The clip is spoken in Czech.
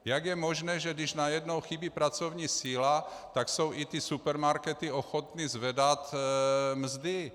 Jak je možné, že když najednou chybí pracovní síla, tak jsou i ty supermarkety ochotny zvedat mzdy?